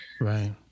Right